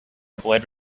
avoid